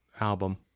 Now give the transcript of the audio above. album